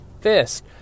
fist